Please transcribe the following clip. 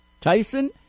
Tyson